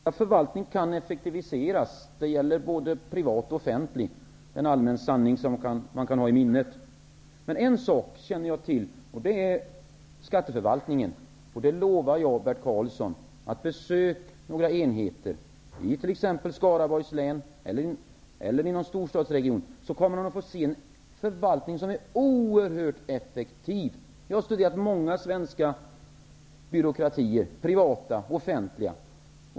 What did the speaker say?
Herr talman! Bert Karlsson har rätt i att de flesta förvaltningar kan effektiviseras. Det gäller både privat och offentligt. Det är en allmän sanning som man kan ha i minnet. En sak känner jag till, och det är skatteförvaltningen. Jag lovar Bert Karlsson att om han besöker några enheter i t.ex. Skaraborgs län eller i någon storstadsregion kommer han att få se en förvaltning som är oerhört effektiv. Jag har studerat många svenska byråkratier, privata och offentliga.